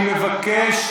אני מבקש.